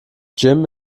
jim